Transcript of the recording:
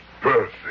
perfect